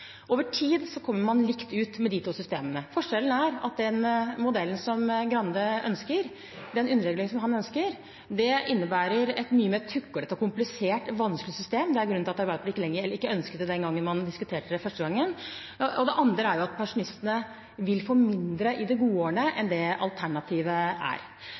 Over tid kommer man likt ut med de to systemene. Forskjellen er at den modellen som Grande ønsker, den underreguleringen som han ønsker, innebærer et mye mer tuklete og komplisert, vanskelig system. Det er grunnen til at Arbeiderpartiet ikke ønsket det den gangen man diskuterte det første gangen. Det andre er at pensjonistene vil få mindre i de gode årene enn det alternativet er.